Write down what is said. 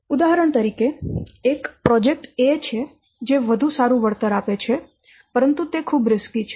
ઉદાહરણ તરીકે એક પ્રોજેક્ટ A છે જે વધુ સારૂ વળતર આપે છે પરંતુ તે ખૂબ જોખમી છે